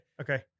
Okay